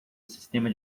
sistema